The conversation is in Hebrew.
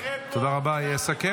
תנסו